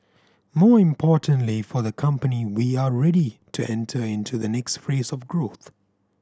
more importantly for the company we are ready to enter into the next phase of growth